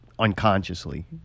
Unconsciously